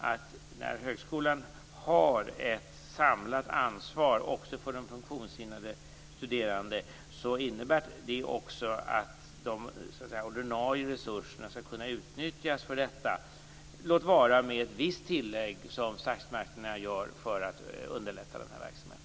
Att högskolan har ett samlat ansvar också för de funktionshindrade studerande innebär att de ordinarie resurserna skall kunna utnyttjas för detta, låt vara med ett visst tillägg från statsmakterna för att underlätta verksamheten.